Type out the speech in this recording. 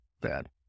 bad